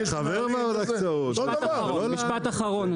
חבר ועדת הקצאות -- משפט אחרון,